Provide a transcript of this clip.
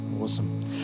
Awesome